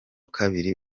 kabiri